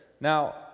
Now